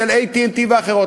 AT&T ואחרות,